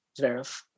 Zverev